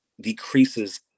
decreases